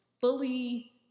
fully